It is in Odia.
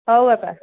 ହଉ ବାପା